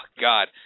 God